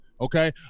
Okay